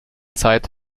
zeit